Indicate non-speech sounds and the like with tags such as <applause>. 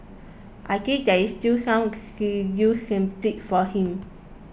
I think there is still some <unintelligible> sympathy for him